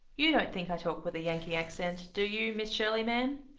you don't think i talk with a yankee accent, do you, miss shirley, ma'am?